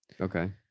Okay